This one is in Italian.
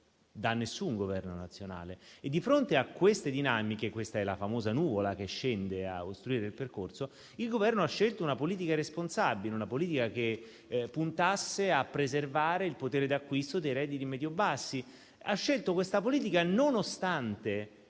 da nessun Governo nazionale. Di fronte a tali dinamiche (questa è la famosa nuvola che scende a ostruire il percorso), il Governo ha scelto una politica responsabile, che puntasse a preservare il potere d'acquisto dei redditi medio-bassi. Ha scelto questa politica, nonostante